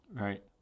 right